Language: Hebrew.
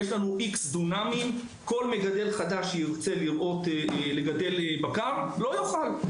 יש לנו-X דונמים.״ ולא כל מגדל חדש שירצה לגדל בקר יוכל לעשות זאת.